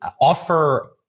offer